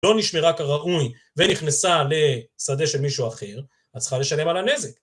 לא נשמרה כראוי ונכנסה לשדה של מישהו אחר, את צריכה לשלם על הנזק.